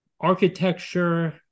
architecture